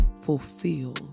fulfill